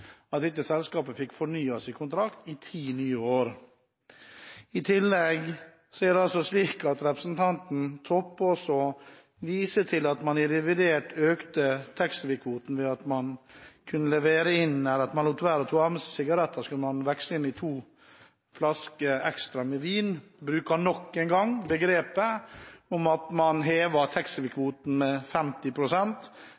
at dette selskapet fikk fornyet sin kontrakt i ti nye år. I tillegg er det altså slik at representanten Toppe også viser til at man i revidert økte taxfree-kvoten ved at hvis man lot være å ta med seg sigaretter, kunne man veksle dem inn i to flasker ekstra med vin. Representanten bruker nok en gang begrepet at man hever